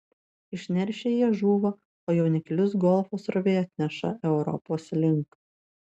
išneršę jie žūva o jauniklius golfo srovė atneša europos link